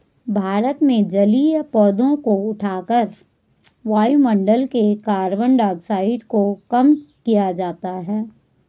भारत में जलीय पौधों को उठाकर वायुमंडल में कार्बन डाइऑक्साइड को कम किया जाता है